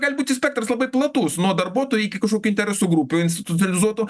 gali būti spektras labai platus nuo darbuotojų iki kažkokių interesų grupių institucionalizuotų